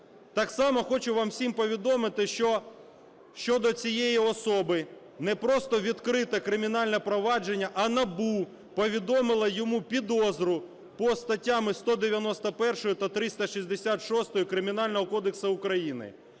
Так само хочу вам всім повідомити, що щодо цієї особи не просто відкрите кримінальне провадження, а НАБУ повідомило йому підозру по статтям 191 та 366 Кримінального кодексу України.